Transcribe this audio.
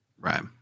Right